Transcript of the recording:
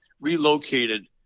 relocated